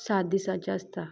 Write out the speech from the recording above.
सात दिसाची आसता